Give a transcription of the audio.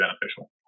beneficial